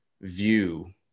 view